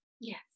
Yes